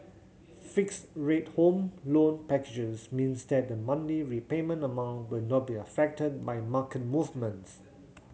fixed rate Home Loan packages means that the monthly repayment amount will not be affected by market movements